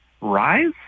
rise